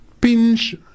pinch